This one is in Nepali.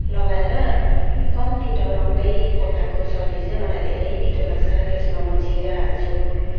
लगाएर कम्ती डढाउँदै पकाएको सब्जी चाहिँ मलाई धेरै मिठो लाग्छ त्यसमा म जिरा हाल्छु